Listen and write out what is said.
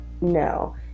no